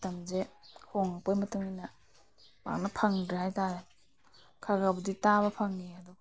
ꯃꯇꯝꯁꯦ ꯍꯣꯡꯉꯛꯄꯒꯤ ꯃꯇꯨꯡ ꯏꯟꯅ ꯄꯥꯛꯅ ꯐꯪꯗꯔꯦ ꯍꯥꯏꯇꯔꯦ ꯈꯔ ꯈꯔꯕꯨꯗꯤ ꯇꯥꯕ ꯐꯪꯉꯦ